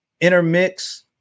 intermix